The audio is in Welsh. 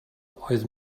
oedd